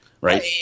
Right